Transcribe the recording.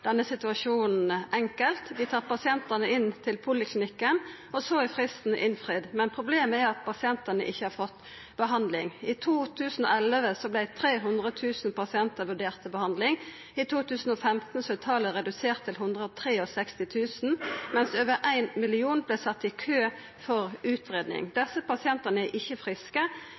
denne situasjonen enkelt. Dei tar pasientane inn til poliklinikken, og så er fristen innfridd. Men problemet er at pasientane ikkje har fått behandling. I 2011 vart 300 000 pasientar vurderte til behandling. I 2015 er talet redusert til 163 000, mens over éin million vart sette i kø for utgreiing. Desse pasientane er ikkje friske,